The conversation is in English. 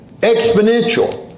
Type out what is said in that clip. exponential